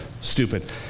stupid